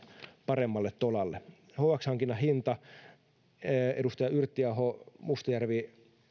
paremmalle tolalle hx hankinnan hinta edustajat yrttiaho ja mustajärvi